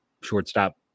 shortstop